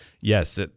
yes